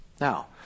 Now